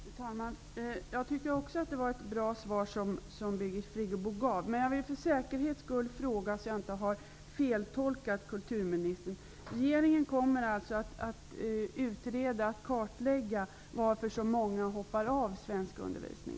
Fru talman! Jg tycker också att det var ett bra svar. För säkerhets skull vill jag ändå fråga -- jag hoppas att jag inte feltolkat kulturministern: Är det så att regeringen kommer att utreda, kartlägga, varför så många hoppar av svenskundervisning?